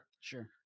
Sure